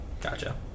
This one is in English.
gotcha